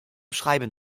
schreiben